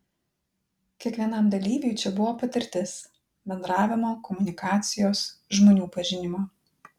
kiekvienam dalyviui čia buvo patirtis bendravimo komunikacijos žmonių pažinimo